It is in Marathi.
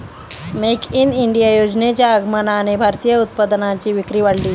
मेक इन इंडिया योजनेच्या आगमनाने भारतीय उत्पादनांची विक्री वाढली